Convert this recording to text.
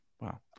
wow